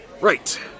Right